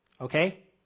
Okay